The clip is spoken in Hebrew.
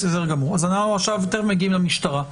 תכף אנחנו מגיעים למשטרה.